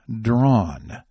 drawn